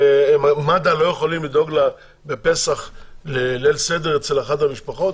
מד"א לא יכולים לדאוג בפסח לליל סדר אצל אחת המשפחות,